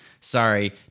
sorry